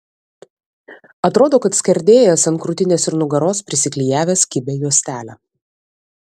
atrodo kad skerdėjas ant krūtinės ir nugaros prisiklijavęs kibią juostelę